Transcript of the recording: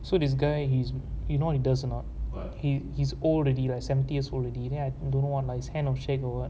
so this guy he's you know what he does or not he's he's old already right seventy years old already then I don't know what lah his hand will shake or what